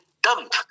dump